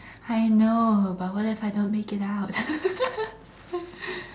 I know but what if I don't make it out